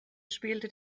spielte